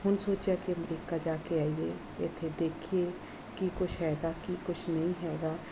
ਹੁਣ ਸੋਚਿਆ ਕਿ ਅਮਰੀਕਾ ਜਾ ਕੇ ਆਈਏ ਇੱਥੇ ਦੇਖੀਏ ਕੀ ਕੁਛ ਹੈਗਾ ਕੀ ਕੁਛ ਨਹੀਂ ਹੈਗਾ